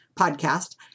podcast